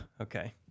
Okay